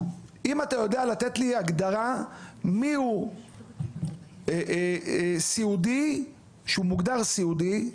האם אתה יודע לתת לי הגדרה מיהו סיעודי שמוגדר סיעודי,